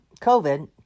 COVID